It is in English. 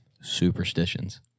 superstitions